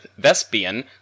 Vespian